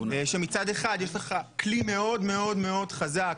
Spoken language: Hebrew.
שמצד אחד יש לך כלי מאוד מאוד חזק,